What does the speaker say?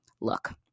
look